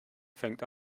fällt